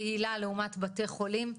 קהילה לעומת בתי חולים,